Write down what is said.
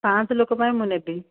ପାଞ୍ଚଶହ ଲୋକ ପାଇଁ ମୁଁ ନେବି